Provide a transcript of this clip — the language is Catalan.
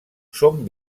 són